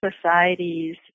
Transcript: societies